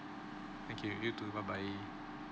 okay you too bye bye